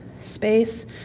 space